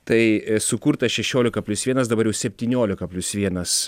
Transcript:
tai sukurta šešiolika plius vienas dabar jau septyniolika plius vienas